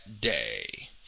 day